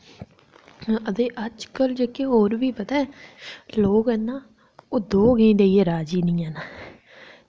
ते अजकल होर बी पता ऐ लोग ऐ ना ओह् दौं गैंह् देइयै राज़ी निं हैन